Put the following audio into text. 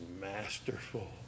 masterful